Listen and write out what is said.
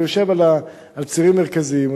הוא יושב על צירים מרכזיים,